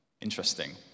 Interesting